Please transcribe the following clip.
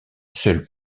seul